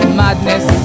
madness